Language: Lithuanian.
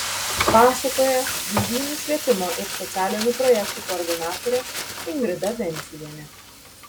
pasakoja žaidynių švietimo ir socialinių projektų koordinatorė ingrida venciuvienė